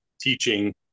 teaching